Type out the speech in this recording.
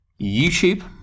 YouTube